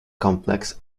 complex